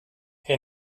herr